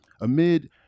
Amid